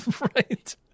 Right